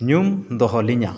ᱧᱩᱢ ᱫᱚᱦᱚ ᱞᱤᱧᱟ